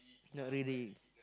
not really